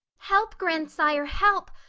help, grandsire, help!